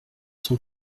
son